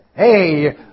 Hey